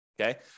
Okay